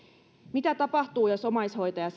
mitä tapahtuu jos omaishoitaja